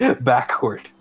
backward